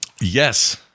Yes